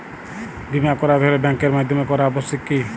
বিমা করাতে হলে ব্যাঙ্কের মাধ্যমে করা আবশ্যিক কি?